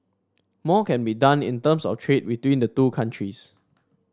more can be done in terms of trade between the two countries